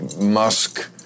Musk